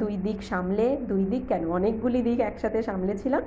দুই দিক সামলে দুই দিক কেন অনেকগুলি দিক একসাথে সামলেছিলাম